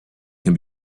can